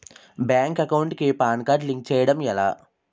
Bank account కి PAN card link చేయడం ఎలా?